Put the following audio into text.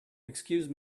excuse